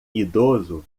idoso